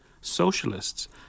socialists